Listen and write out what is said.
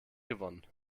gewonnen